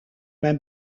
mijn